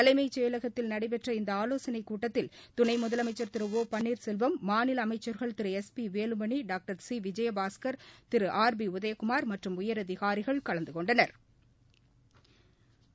தலைமைச் செயலகத்தில் நடைபெற்ற இந்த ஆவோசனைக் கூட்டத்தில் துணை முதலமைச்சர் திரு ஒபன்னீர்செல்வம் மாநில அமைச்சா்கள் Thiru SP Velumani doctor C Vijayabaskar Thiru R B Udhayakumar மற்றும் உயரதிகாரிகள் கலந்து கொண்டனா்